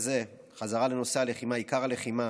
חזרה לנושא הלחימה: נכון לרגע זה עיקר הלחימה